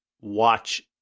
watch